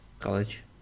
College